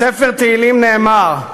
בספר תהילים נאמר: